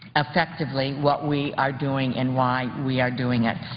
effectively what we are doing and why we are doing it.